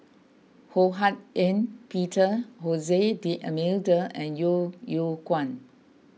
Ho Hak Ean Peter D'Almeida and Yeo Yeow Kwang